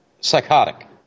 psychotic